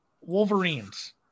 Wolverines